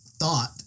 thought